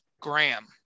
Graham